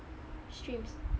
streams